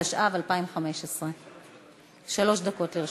התשע"ה 2015. שלוש דקות לרשותך.